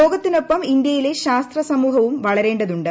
ലോകത്തിനൊപ്പം ഇന്ത്യയിലെ ശാസ്ത്രസമൂഹവും വളരേണ്ടതുണ്ട്